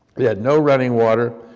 they had no running water,